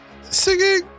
singing